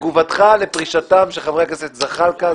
תגובתך לפרישתם של חברי הכנסת זחאלקה,